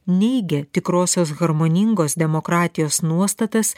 neigia tikrosios harmoningos demokratijos nuostatas